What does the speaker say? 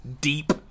deep